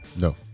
No